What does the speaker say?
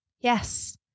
yes